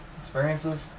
experiences